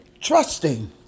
trusting